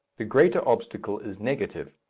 the greater obstacle is negative,